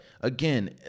again